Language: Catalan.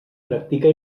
practica